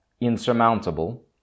insurmountable